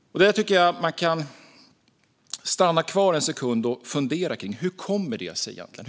Detta tycker jag att man kan stanna kvar en sekund och fundera kring. Hur kommer sig det egentligen?